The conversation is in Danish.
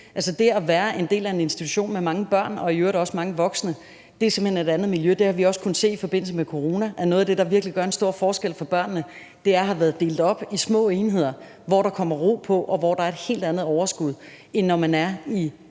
dér. Det at være en del af en institution med mange børn og i øvrigt også mange vokse er simpelt hen et andet miljø. Det har vi også kunnet se i forbindelse med corona. Noget af det, der virkelig gør en stor forskel for børnene, er at have været delt op i små enheder, hvor der kommer ro på, og hvor der er et helt andet overskud, end når de er i